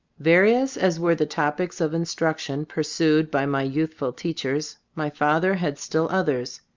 various as were the topics of in struction pursued by my youthful teachers, my father had still others.